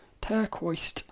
turquoise